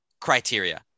criteria